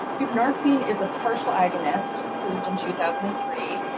buprenorphine is a partial agonist approved in two thousand and three.